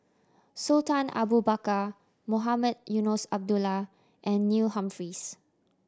Sultan Abu Bakar Mohamed Eunos Abdullah and Neil Humphreys